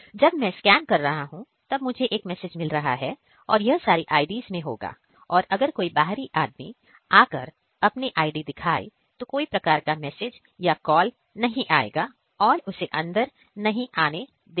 अब जब मैं स्कैन कर रहा हूं तब मुझे एक मैसेज मिल रहा है और यह सारी IDs में होगा और अगर कोई बाहरी आदमी आकर अपनी ID दिखाए तो कोई प्रकार का मैसेज या कॉल नहीं आएगा और उसे अंदर नहीं आने देगा